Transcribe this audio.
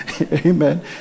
amen